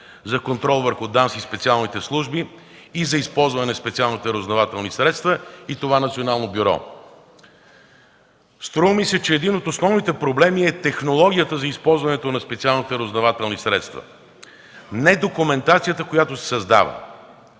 за контрол върху ДАНС, специалните служби и за използване на специалните разузнавателни средства, и това национално бюро. Струва ми се, че един от основните проблеми е технологията за използването на специалните разузнавателни средства, не документацията, която се създава.